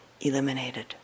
eliminated